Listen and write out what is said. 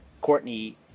Courtney